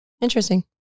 Interesting